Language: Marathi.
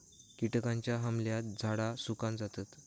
किटकांच्या हमल्यात झाडा सुकान जातत